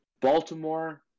Baltimore